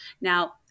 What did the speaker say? Now